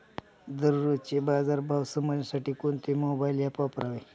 दररोजचे बाजार भाव समजण्यासाठी कोणते मोबाईल ॲप वापरावे?